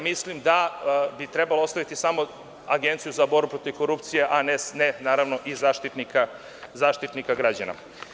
Mislim da bi trebalo ostaviti samo Agenciju za borbu protiv korupcije, a ne i Zaštitnika građana.